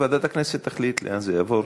ועדת הכנסת תחליט לאן זה יעבור.